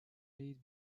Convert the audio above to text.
laid